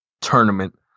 tournament